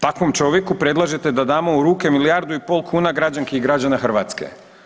Takvom čovjeku predlažete da damo u ruke milijardu i pol kuna građanki i građana Hrvatske.